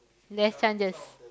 less chances